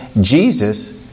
Jesus